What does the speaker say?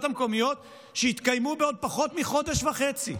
המקומיות שיתקיימו בעוד פחות מחודש וחצי.